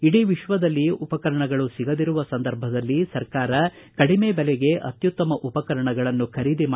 ಇಡೀ ವಿಶ್ವದಲ್ಲಿ ಉಪಕರಣಗಳು ಸಿಗದಿರುವ ಸಂದರ್ಭದಲ್ಲಿ ಸರ್ಕಾರ ಕಡಿಮೆ ಬೆಲೆಗೆ ಅತ್ಯುತ್ತಮ ಉಪಕರಣಗಳನ್ನು ಖರೀದಿ ಮಾಡಿದೆ